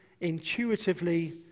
intuitively